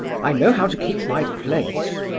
i know how to keep my place.